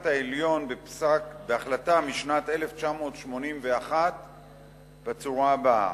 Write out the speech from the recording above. העליון בהחלטה משנת 1981 בצורה הבאה.